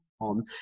on